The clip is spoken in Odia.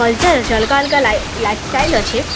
କଲଚର୍ ଅଛି ଅଲଗା ଅଲଗା ଲାଇଫ୍ ଷ୍ଟାଇଲ୍ ଅଛି